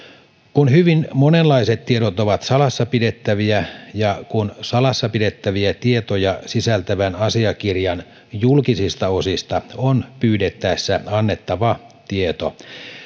kun hyvin monenlaiset tiedot ovat salassa pidettäviä ja kun salassa pidettäviä tietoja sisältävän asiakirjan julkisista osista on pyydettäessä annettava tieto